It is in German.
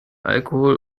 alkohol